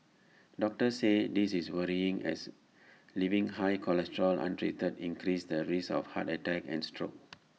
doctors say this is worrying as leaving high cholesterol untreated increases the risk of heart attacks and strokes